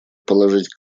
положить